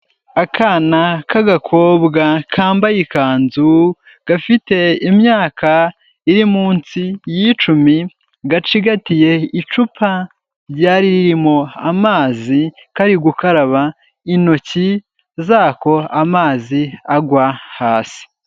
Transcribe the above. Akana k'agakobwa kambaye ikanzu, gafite imyaka iri munsi y'icumi, gacigatiye icupa ryari ririmo amazi, kari gukaraba intoki zako amazi agwa hasi.